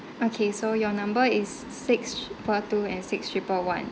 okay so your number is six four two and six triple one